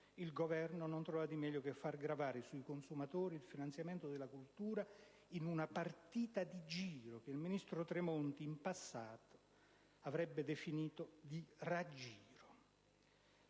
il Governo non trova di meglio che far gravare sui consumatori il finanziamento della cultura, in una partita di giro, che il ministro Tremonti in passato avrebbe definito di raggiro.